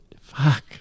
Fuck